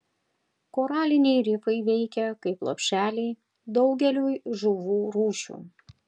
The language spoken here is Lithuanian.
koraliniai rifai veikia kaip lopšeliai daugeliui žuvų rūšių